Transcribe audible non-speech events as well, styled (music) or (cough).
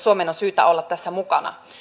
(unintelligible) suomen on syytä olla tässä mukana